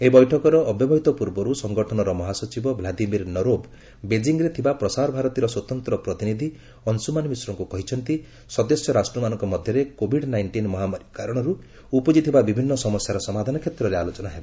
ଏହି ବୈଠକର ଅବ୍ୟବହିତ ପର୍ବର୍ ସଙ୍ଗଠନର ମହାସଚିବ ଭ୍ଲାଦିମିର୍ ନୋରୋବ୍ ବେଙ୍କିଂରେ ଥିବା ପ୍ରସାର ଭାରତୀର ସ୍ୱତନ୍ତ୍ର ପ୍ରତିନିଧି ଅଂଶୁମାନ ମିଶ୍ରଙ୍କୁ କହିଛନ୍ତି ସଦସ୍ୟ ରାଷ୍ଟ୍ରମାନଙ୍କ ମଧ୍ୟରେ କୋଭିଡ଼୍ ନାଇଣ୍ଟିନ୍ ମହାମାରୀ କାରଣର୍ ଉପ୍ରଜିଥିବା ବିଭିନ୍ନ ସମସ୍ୟାର ସମାଧାନ କ୍ଷେତ୍ରରେ ଆଲୋଚନା ହେବ